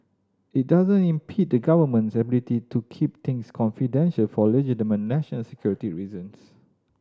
it doesn't impede the Government's ability to keep things confidential for legitimate national security reasons